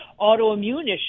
autoimmune